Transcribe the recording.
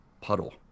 puddle